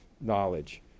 knowledge